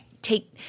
Take